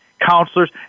counselors